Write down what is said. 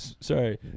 sorry